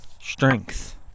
strength